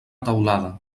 teulada